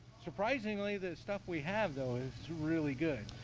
surprisingly, that stuff we have though, it's really good.